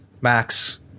Max